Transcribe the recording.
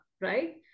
right